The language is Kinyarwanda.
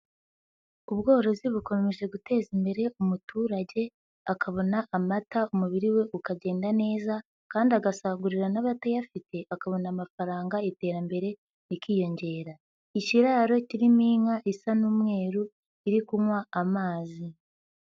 Ubworozi bukomeje guteza imbere umuturage akabona amata, umubiri we ukagenda neza kandi agasagurira n'abatayafite, akabona amafaranga iterambere rikiyongera. Ikiraro kirimo inka isa n'umweru, ri kunywa amazi.